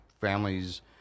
families